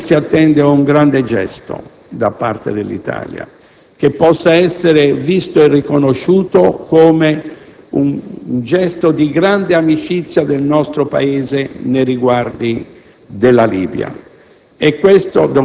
La Libia si attende un grande gesto da parte dell'Italia, che possa essere visto e riconosciuto come un gesto di grande amicizia del nostro Paese nei suoi riguardi e questo